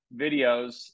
videos